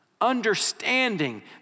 Understanding